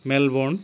Melbourne